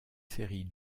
série